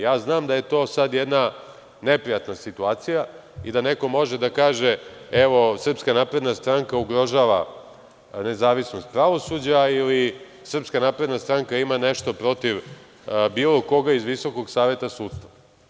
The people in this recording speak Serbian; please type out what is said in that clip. Ja znam da je to sad jedna neprijatna situacija i da neko može da kaže – evo, SNS ugrožava nezavisnost pravosuđa ili SNS ima nešto protiv bilo koga iz Visokog saveta sudstva.